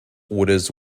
orders